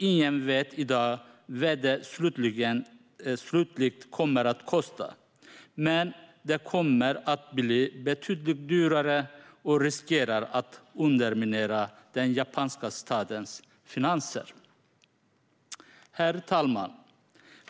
Ingen vet i dag vad det slutgiltigt kommer att kosta, men det kommer att bli betydligt dyrare och riskerar att underminera den japanska statens finanser. Herr talman!